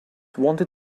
wanted